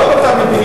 עזוב את המדיניות.